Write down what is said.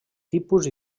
tipus